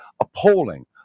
appalling